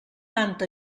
tanta